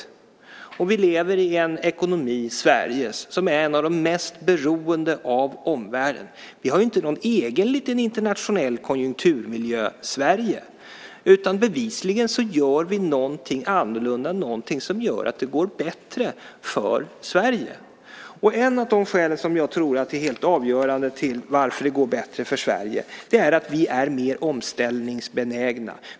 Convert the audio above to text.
Vi i Sverige lever i en ekonomi som är en av de ekonomier som är mest beroende av omvärlden. Vi har ju inte någon egen liten internationell konjunkturmiljö i Sverige så bevisligen gör vi någonting annorlunda, någonting som gör att det går bättre för Sverige. Ett av de skäl som jag tror är helt avgörande för att det går bättre för Sverige är att vi är mer omställningsbenägna.